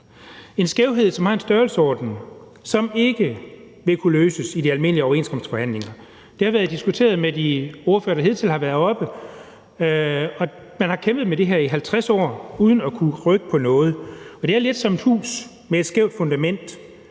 en skævhed af en størrelsesorden, som ikke vil kunne løses i de almindelige overenskomstforhandlinger. Det har været diskuteret med de ordførere, der hidtil har været heroppe. Man har kæmpet med det her i 50 år uden at kunne rykke på noget, og det er lidt som et hus med et skævt fundament: